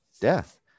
death